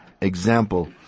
Example